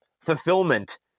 fulfillment